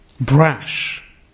brash